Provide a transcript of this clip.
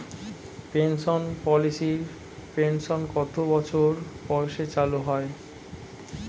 Pension পলিসির pension কত বছর বয়সে চালু হয়?